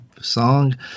song